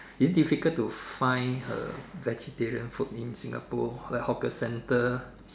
is it difficult to find a vegetarian food in Singapore like hawker centre